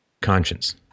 conscience